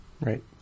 right